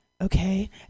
okay